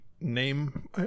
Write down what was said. name